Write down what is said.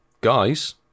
guys